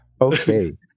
okay